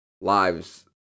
lives